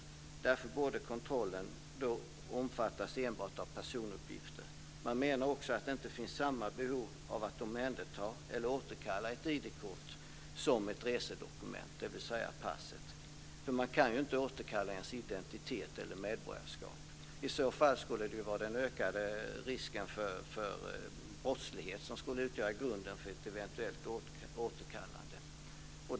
Därför borde kontrollen enbart omfatta personuppgifter. Man menar också att det inte finns samma behov av att omhänderta eller återkalla ett ID-kort som ett resedokument, dvs. passet. Man kan ju inte återkalla någons identitet eller medborgarskap. I så fall skulle det vara den ökade risken för brottslighet som skulle utgöra grunden för ett eventuellt återkallande.